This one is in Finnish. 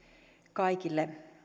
kaikille